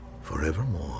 forevermore